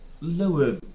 lower